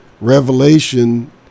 Revelation